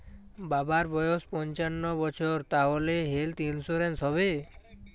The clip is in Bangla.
বাবার বয়স পঞ্চান্ন বছর তাহলে হেল্থ ইন্সুরেন্স হবে?